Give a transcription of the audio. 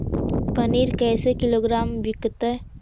पनिर कैसे किलोग्राम विकतै?